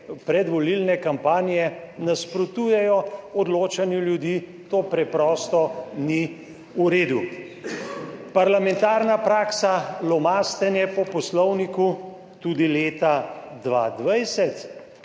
predvolilne kampanje nasprotujejo odločanju ljudi, t preprosto ni v redu. Parlamentarna praksa, lomastenje po Poslovniku, tudi leta 2020